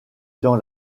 dans